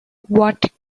what